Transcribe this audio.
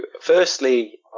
firstly